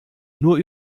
nur